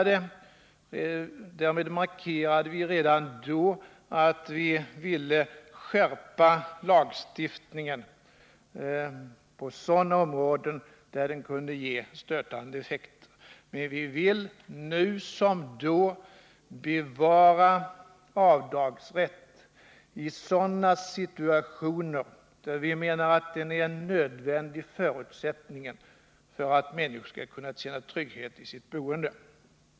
Därmed markerade vi att vi ville skärpa lagstiftningen på sådana områden där denna kunde ge stötande effekter. Men vi vill nu som då bevara avdragsrätt i sådana situationer där vi menar att den är en nödvändig förutsättning för att människor skall kunna känna trygghet i sitt boende.